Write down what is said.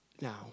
now